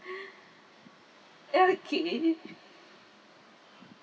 ya okay